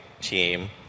team